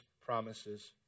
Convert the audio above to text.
promises